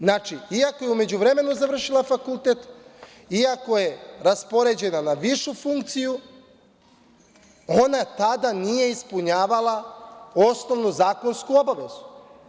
Znači, iako je u međuvremenu završila fakultet, iako je raspoređena na višu funkciju, ona tada nije ispunjavala osnovnu zakonsku obavezu.